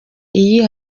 iyo